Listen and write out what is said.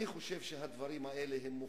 אני חושב שהדברים האלה מופרכים.